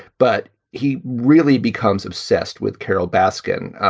but he really becomes obsessed with carol baskin.